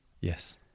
Yes